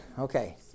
Okay